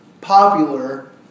popular